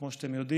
כמו שאתם יודעים,